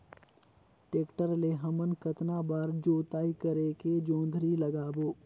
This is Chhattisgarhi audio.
टेक्टर ले हमन कतना बार जोताई करेके जोंदरी लगाबो?